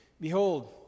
behold